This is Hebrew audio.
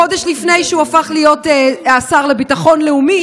חודש לפני שהוא הפך להיות השר לביטחון לאומי.